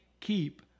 Keep